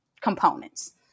components